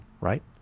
Right